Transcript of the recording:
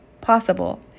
possible